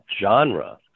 genre